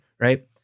right